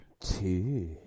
Two